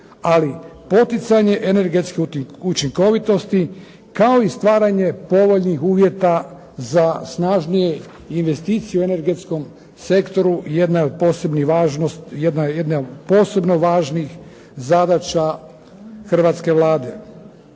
ali poticanje energetske učinkovitosti kao i stvaranje povoljnih uvjeta za snažnije investicije u energetskom sektoru jedna je od posebno važnih zadaća Hrvatske vlade.